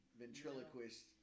ventriloquist